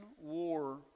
war